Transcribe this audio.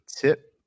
Tip